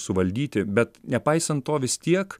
suvaldyti bet nepaisant to vis tiek